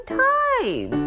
time